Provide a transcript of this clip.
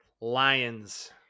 Lions